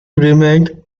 remained